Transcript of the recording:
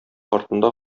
артында